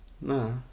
no